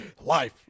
Life